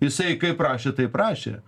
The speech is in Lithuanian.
jisai kaip rašė taip rašė